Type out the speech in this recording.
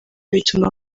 bituma